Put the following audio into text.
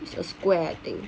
it's a square I think